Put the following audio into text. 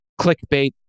clickbait